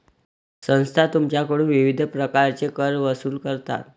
संस्था तुमच्याकडून विविध प्रकारचे कर वसूल करतात